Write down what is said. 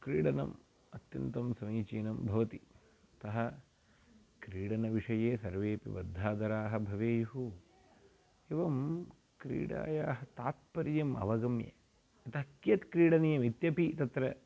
क्रीडनम् अत्यन्तं समीचीनं भवति अतः क्रीडनविषये सर्वेपि वद्धादराः भवेयुः एवं क्रीडायाः तात्पर्यम् अवगम्य अतः कियत् क्रीडनीयम् इत्यपि तत्र